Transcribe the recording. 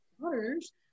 daughters